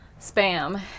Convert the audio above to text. spam